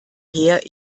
her